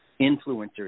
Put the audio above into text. influencers